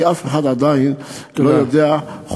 כי אף אחד עדיין לא יודע,